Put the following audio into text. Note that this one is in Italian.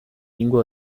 lingua